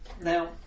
Now